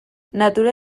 natura